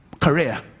career